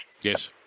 Yes